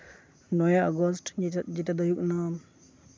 ᱱᱚᱭᱮ ᱟᱜᱚᱥᱴ ᱡᱮᱴᱟ ᱫᱚ ᱦᱩᱭᱩᱜ ᱠᱟᱱᱟ